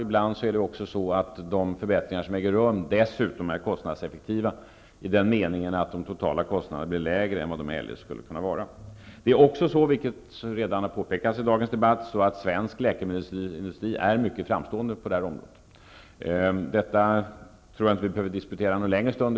Ibland är de förbättringar som äger rum dessutom kostnadseffektiva i den meningen att de totala kostnaderna blir lägre än vad de eljest skulle kunna vara. Svensk läkemedelsindustri är dessutom, vilket redan har påpekats i dagens debatt, mycket framstående på detta område. Detta tror jag inte att vi behöver diskutera någon längre stund.